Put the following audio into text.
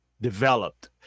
developed